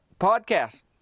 podcast